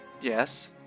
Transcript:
yes